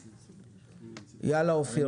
אופיר,